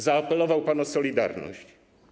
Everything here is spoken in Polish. Zaapelował pan o solidarność.